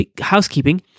housekeeping